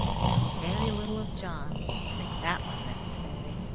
you know very little of john, if you think that was necessary.